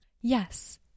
Yes